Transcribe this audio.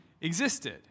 existed